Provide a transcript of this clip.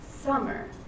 summer